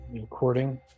recording